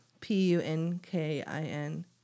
P-U-N-K-I-N